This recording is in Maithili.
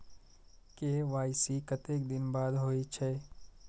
के.वाई.सी कतेक दिन बाद होई छै?